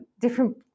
different